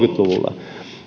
luvulla